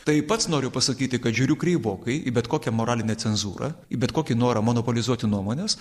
tai pats noriu pasakyti kad žiūriu kreivokai į bet kokią moralinę cenzūrą į bet kokį norą monopolizuoti nuomones